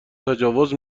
تجاوز